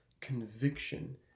conviction